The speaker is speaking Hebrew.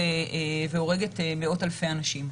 והורגת מאות אלפי אנשים.